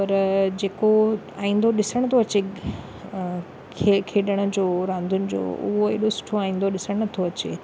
पर जेको आईंदो ॾिसण थो अचे खेॾण जो रांदियुनि जो उहा एॾो सुठो आईंदो ॾिसणु नथो अचे